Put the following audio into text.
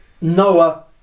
Noah